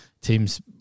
teams